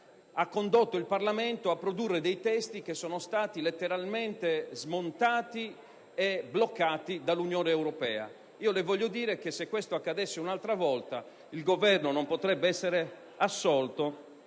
invece il Parlamento a produrre dei testi che sono stati letteralmente smontati e bloccati dall'Unione europea. Voglio dirle che se ciò accadesse un'altra volta il Governo non potrebbe essere assolto